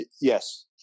Yes